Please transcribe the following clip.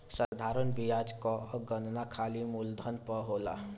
साधारण बियाज कअ गणना खाली मूलधन पअ होला